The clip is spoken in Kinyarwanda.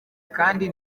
kandi